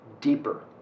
deeper